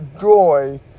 joy